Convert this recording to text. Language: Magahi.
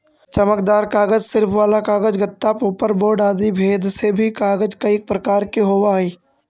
चमकदार कागज, शिल्प वाला कागज, गत्ता, पोपर बोर्ड आदि भेद से भी कागज कईक प्रकार के होवऽ हई